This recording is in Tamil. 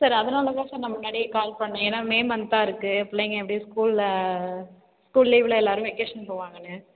சார் அதனாலதான் சார் நான் முன்னாடியே கால் பண்ணிணேன் ஏன்னால் மே மன்த்தாக இருக்குது பிள்ளைங்க எப்படியும் ஸ்கூலில் ஸ்கூல் லீவ்வில் எல்லாேரும் வெக்கேஷன் போவாங்கனு